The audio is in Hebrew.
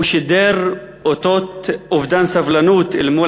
הוא שידר אותות אובדן סבלנות אל מול